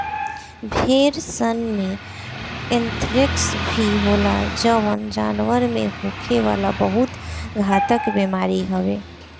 भेड़सन में एंथ्रेक्स भी होला जवन जानवर में होखे वाला बहुत घातक बेमारी हवे